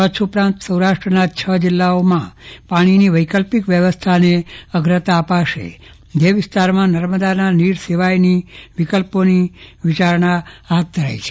કચ્છ ઉપરાંત સૌરાષ્ટ્રના છ જિલ્લાઓમાં પાણીની વૈકલ્પિક વ્યવસ્થાને અગ્રતા અપાશે એ વિસ્તારમાં નર્મદાના નીર સિવાયના વિકલ્પોની વિચારણા હાથ ધરાઈ છે